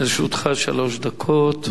לרשותך שלוש דקות.